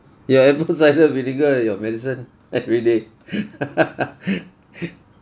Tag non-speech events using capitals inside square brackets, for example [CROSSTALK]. ya apple cider vinegar your medicine every day [LAUGHS]